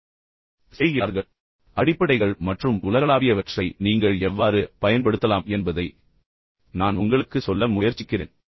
இதை நான் சற்று தவறாக விளக்கியிருக்கலாம் ஆனால் அடிப்படைகள் மற்றும் உலகளாவியவற்றை நீங்கள் எவ்வாறு பயன்படுத்தலாம் என்பதை நான் உங்களுக்குச் சொல்ல முயற்சிக்கிறேன்